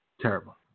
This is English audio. Terrible